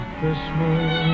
Christmas